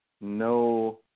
no